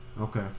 Okay